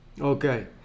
okay